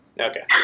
Okay